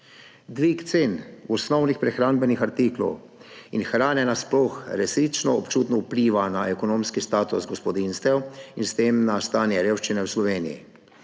Dvig cen osnovnih prehrambnih artiklov in hrane nasploh resnično občutno vpliva na ekonomski status gospodinjstev in s tem na stanje revščine v Sloveniji,